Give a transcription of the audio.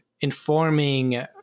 informing